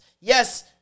Yes